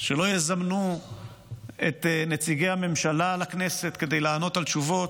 שלא יזמנו את נציגי הממשלה לכנסת כדי לענות על שאלות,